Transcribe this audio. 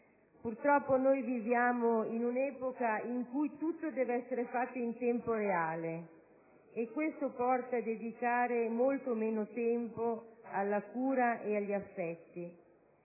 purtroppo, in un'epoca in cui tutto deve essere fatto in tempo reale e ciò porta a dedicare molto meno tempo alla cura e agli affetti;